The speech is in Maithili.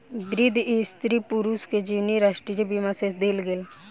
वृद्ध स्त्री पुरुष के जीवनी राष्ट्रीय बीमा सँ देल गेल